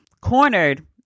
cornered